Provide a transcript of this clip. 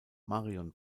marion